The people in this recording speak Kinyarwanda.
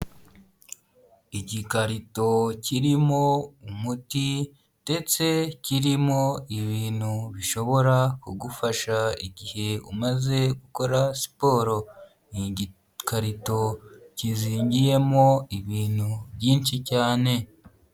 Igikarito kirimo umuti ndetse kirimo ibintu bishobora kugufasha igihe umaze gukora siporo, ni igikarito kizingiyemo ibintu byinshi cyane.